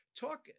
Talk